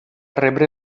rebre